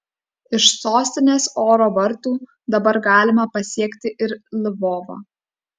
iš sostinės oro vartų dabar galima pasiekti ir lvovą